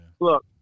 Look